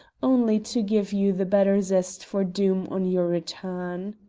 only to give you the better zest for doom on your return.